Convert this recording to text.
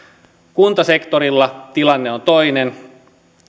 kuntasektorilla tilanne on toinen